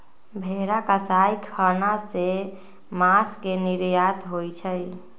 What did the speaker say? भेरा कसाई ख़ना से मास के निर्यात होइ छइ